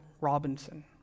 Robinson